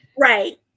Right